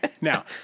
Now